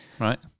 Right